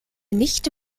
nicht